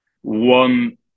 One